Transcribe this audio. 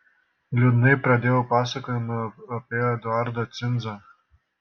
liūdnai pradėjau pasakojimą apie eduardą cinzą